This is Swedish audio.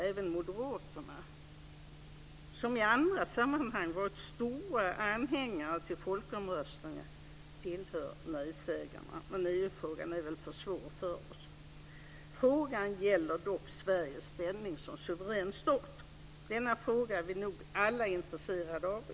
Även moderaterna som i andra sammanhang varit starka anhängare till folkomröstningar tillhör nejsägarna. EU-frågan är väl för svår för oss. Frågan gäller dock Sveriges ställning som suverän stat. Denna fråga är vi nog alla intresserade av.